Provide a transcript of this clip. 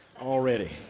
already